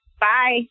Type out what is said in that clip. Bye